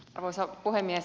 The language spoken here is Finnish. arvoisa puhemies